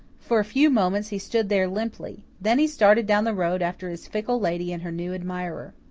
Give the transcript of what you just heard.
for a few moments he stood there limply then he started down the road after his fickle lady and her new admirer.